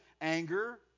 anger